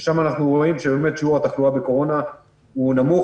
ושם אנחנו רואים שבאמת שיעור התחלואה בקורונה הוא נמוך,